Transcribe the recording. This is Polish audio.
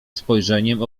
spojrzeniem